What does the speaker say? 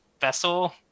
vessel